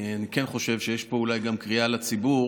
אני כן חושב שיש פה אולי גם קריאה לציבור